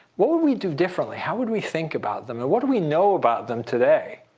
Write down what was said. what would we do differently? how would we think about them, and what do we know about them today?